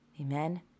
Amen